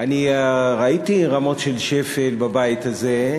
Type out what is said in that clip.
שאני ראיתי רמות של שפל בבית הזה,